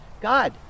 God